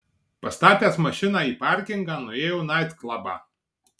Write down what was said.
pastatęs mašiną į parkingą nuėjo naitklabą